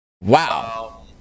Wow